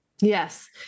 Yes